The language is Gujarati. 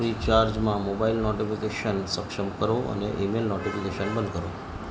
ફ્રીચાર્જમાં મોબાઈલ નોટીફીકેશન્સ સક્ષમ કરો અને ઈમેઈલ નોટીફીકેશન્સ બંધ કરો